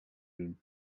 doen